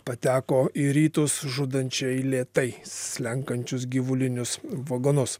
pateko į rytus žudančiai lėtai slenkančius gyvulinius vagonus